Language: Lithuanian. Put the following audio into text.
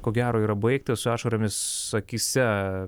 ko gero yra baigtas su ašaromis akyse